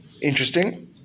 interesting